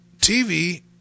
TV